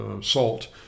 salt